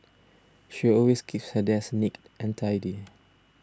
she always keeps her desk neat and tidy